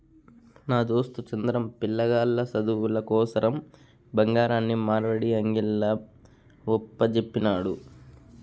నా దోస్తు చంద్రం, పిలగాల్ల సదువుల కోసరం బంగారాన్ని మార్వడీ అంగిల్ల ఒప్పజెప్పినాడు